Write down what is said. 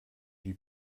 die